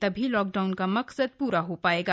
तभी लॉकडाउन का मकसद प्रा हो पायेगा